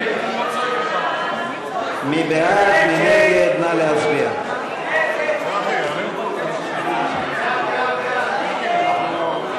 אין הצעת סיעת יש עתיד להביע אי-אמון בממשלה לא נתקבלה.